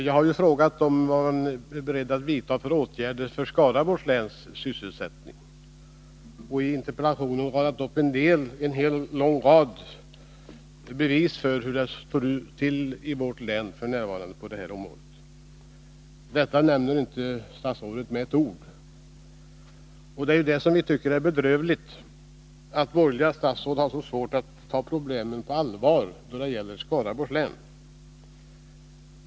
Jag har frågat vad arbetsmarknadsministern är beredd att vidta för åtgärder beträffande Skaraborgs läns sysselsättning och i interpellationen tagit upp en lång rad bevis för hur det står till i vårt län f. n. på det området. Detta omnämner inte statsrådet med ett ord. Det vi tycker är bedrövligt är att borgerliga statsråd har så svårt att ta problemen på allvar då det gäller Skaraborgs län.